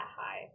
high